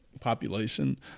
population